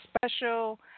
Special